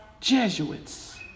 jesuits